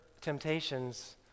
temptations